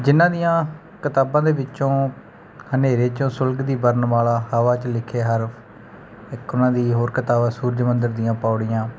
ਜਿਨ੍ਹਾਂ ਦੀਆਂ ਕਿਤਾਬਾਂ ਦੇ ਵਿੱਚੋਂ ਹਨੇਰੇ 'ਚੋਂ ਸੁਲਗਦੀ ਵਰਣਮਾਲਾ ਹਵਾ 'ਚ ਲਿਖੇ ਹਰਫ ਇੱਕ ਉਹਨਾਂ ਦੀ ਹੋਰ ਕਿਤਾਬ ਸੂਰਜ ਮੰਦਰ ਦੀਆਂ ਪੌੜੀਆਂ